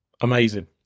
amazing